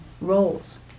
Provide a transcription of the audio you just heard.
roles